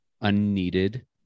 unneeded